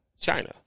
China